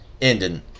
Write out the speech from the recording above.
ending